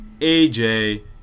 AJ